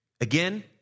Again